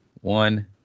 one